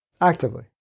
actively